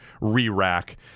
re-rack